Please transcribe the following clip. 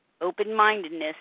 open-mindedness